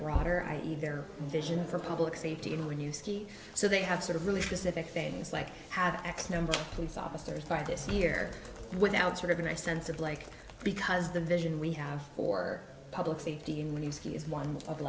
broader i e their vision for public safety and when you ski so they have sort of really specific things like have x number of police officers by this year without sort of a sense of like because the vision we have for public safety unions he is one of